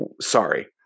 Sorry